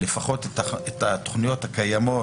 לפחות את התכניות הקיימות,